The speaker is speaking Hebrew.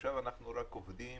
עכשיו אנחנו רק עובדים